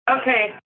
Okay